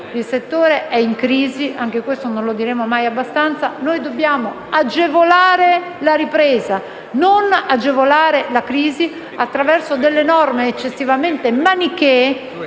Il settore è in crisi - anche questo non lo diremo mai abbastanza - e dobbiamo agevolarne la ripresa, non la crisi attraverso norme eccessivamente manichee,